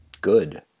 good